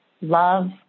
love